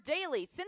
daily